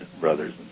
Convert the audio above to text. brothers